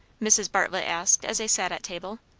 mrs. bartlett asked as they sat at table.